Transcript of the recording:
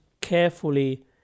carefully